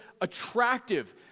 attractive